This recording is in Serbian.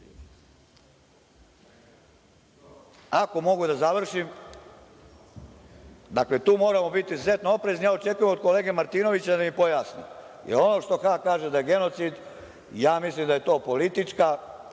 Ako mogu da završim, dakle, tu moramo biti izuzetno oprezni. Očekujem od kolege Martinovića da mi pojasni, jer ono za šta kažu da je genocid mislim da je politička